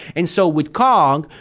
and so with kong,